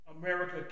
America